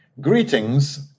Greetings